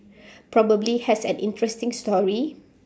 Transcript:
probably has an interesting story